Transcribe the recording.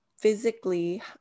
physically